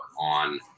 on